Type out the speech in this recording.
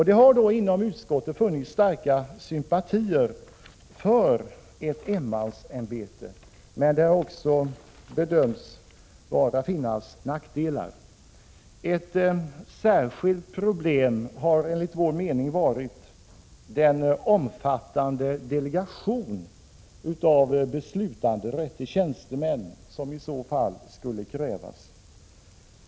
Det har inom utskottet funnits starka sympatier för ett enmansämbete, men vi har också gjort bedömningen att det finns nackdelar. Ett särskilt problem har enligt vår mening varit den omfattande delegation av beslutanderätt till tjänstemän som i så fall skulle krävas.